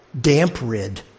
Damp-rid